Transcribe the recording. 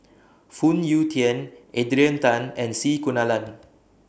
Phoon Yew Tien Adrian Tan and C Kunalan